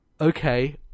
Okay